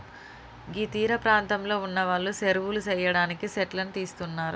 గీ తీరపాంతంలో ఉన్నవాళ్లు సెరువులు సెయ్యడానికి సెట్లను తీస్తున్నరు